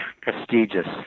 prestigious